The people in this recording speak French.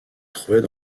trouvait